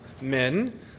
men